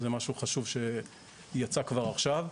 זה משהו שחשוב שיצא כבר עכשיו.